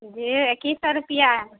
جی اکیس سو روپیہ ہے